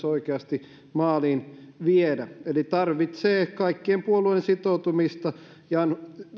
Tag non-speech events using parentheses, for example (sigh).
(unintelligible) oikeasti maaliin viedä eli se tarvitsee kaikkien puolueiden sitoutumista ja on